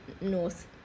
north